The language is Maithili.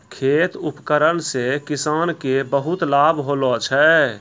खेत उपकरण से किसान के बहुत लाभ होलो छै